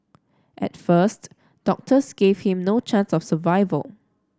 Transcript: at first doctors gave him no chance of survival